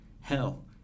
hell